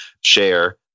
share